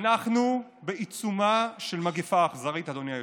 אנחנו בעיצומה של מגפה אכזרית, אדוני היושב-ראש.